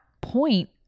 point